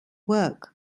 work